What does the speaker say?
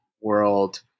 world